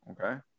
okay